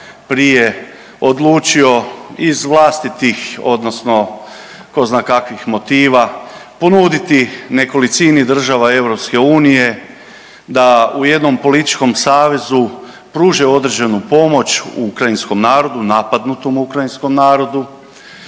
prije odlučio iz vlastitih odnosno tko zna kakvih motiva ponuditi nekolicini država EU da u jednom političkom savezu pruže određenu pomoć ukrajinskom narodu, napadnutom ukrajinskom narodu,